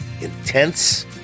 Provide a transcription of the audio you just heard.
intense